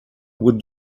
would